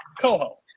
Coho